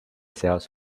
seas